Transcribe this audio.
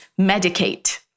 medicate